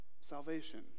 salvation